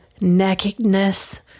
nakedness